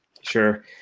Sure